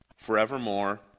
forevermore